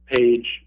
page